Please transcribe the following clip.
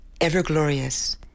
ever-glorious